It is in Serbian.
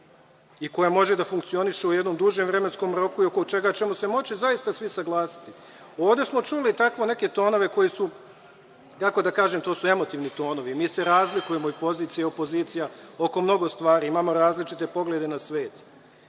i koje može da funkcioniše u jednom dužem vremenskom roku i oko čega ćemo se moći zaista svi saglasiti. Ovde smo čuli tako neke tonove koji su, kako da kažem, to su emotivni tonovi. Mi se razlikujemo i pozicija i opozicija oko mnogo stvari, imamo različite poglede na svet.